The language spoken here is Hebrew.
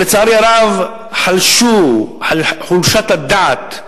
לצערי הרב חלשו חולשת הדעת,